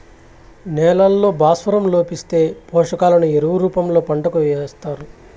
నేలల్లో భాస్వరం లోపిస్తే, పోషకాలను ఎరువుల రూపంలో పంటకు ఏస్తారు